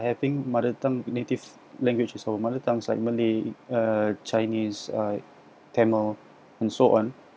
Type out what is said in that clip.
having mother tongue native language is our mother tongues like malay uh chinese uh tamil and so on